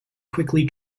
quickly